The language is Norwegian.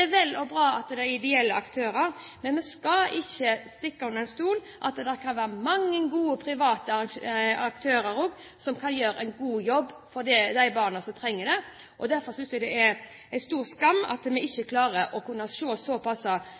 vel og bra med ideelle aktører, men vi skal ikke stikke under stol at det kan være mange gode private aktører også som kan gjøre en god jobb for de barna som trenger det. Derfor synes jeg det er en stor skam at vi ikke klarer å se så